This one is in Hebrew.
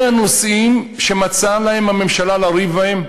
אלה הנושאים שמצאה לה הממשלה לריב בהם?